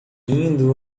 indo